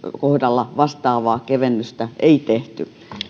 kohdalla vastaavaa kevennystä ei tehty